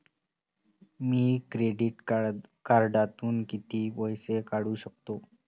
मी credit कार्डातून किती पैसे काढू शकतो?